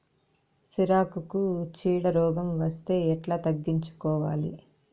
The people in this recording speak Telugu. సిరాకుకు చీడ రోగం వస్తే ఎట్లా తగ్గించుకోవాలి?